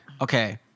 okay